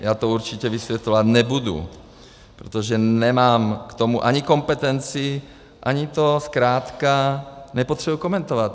Já to určitě vysvětlovat nebudu, protože nemám k tomu ani kompetenci, ani to zkrátka nepotřebuji komentovat.